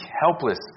helpless